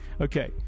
Okay